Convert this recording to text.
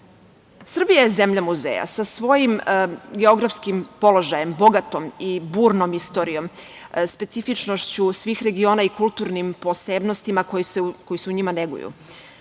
je zemlja muzeja sa svojim geografskim položajem, bogatom i burnom istorijom, specifičnošću svih regiona i kulturnim posebnostima koji se u njima neguju.